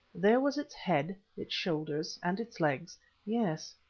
there was its head, its shoulders, and its legs yes,